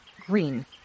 green